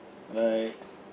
like